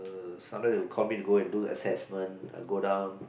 sometimes they will call me to go and do the assessment I would go down